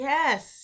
Yes